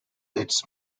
its